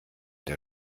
der